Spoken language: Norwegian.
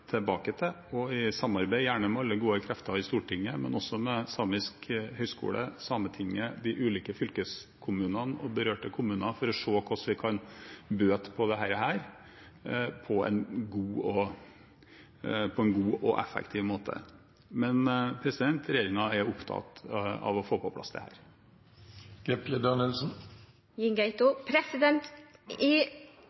til å komme tilbake til – gjerne i samarbeid med alle gode krefter på Stortinget, men også med Samisk høgskole, Sametinget, de ulike fylkeskommunene og berørte kommuner – for å se hvordan vi kan bøte på dette på en god og effektiv måte. Regjeringen er opptatt av å få på plass det.